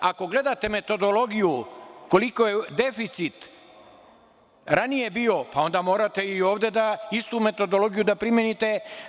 Ako gledate metodologiju koliki je deficit ranije bio, onda morate i ovde da istu metodologiju primenite.